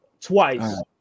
twice